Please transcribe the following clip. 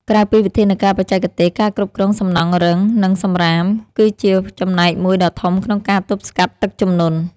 ក្រៅពីវិធានការបច្ចេកទេស ការគ្រប់គ្រងសំណង់រឹង និងសំរាម គឺជាចំណែកមួយដ៏ធំក្នុងការទប់ស្កាត់ទឹកជំនន់។